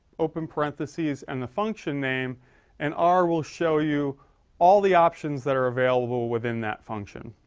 open parenthesis and the function name and r will show you all the options that are available within that function.